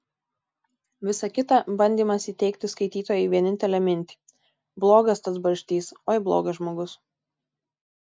visa kita bandymas įteigti skaitytojui vienintelę mintį blogas tas barštys oi blogas žmogus